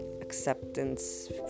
acceptance